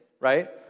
Right